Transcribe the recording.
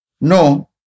No